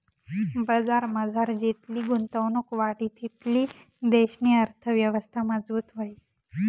बजारमझार जितली गुंतवणुक वाढी तितली देशनी अर्थयवस्था मजबूत व्हयी